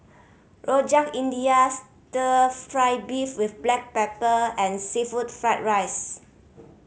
Rojak India Stir Fry beef with black pepper and seafood fried rice